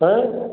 ହାଁ